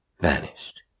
vanished